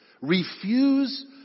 Refuse